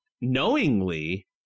knowingly